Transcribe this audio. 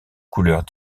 couleurs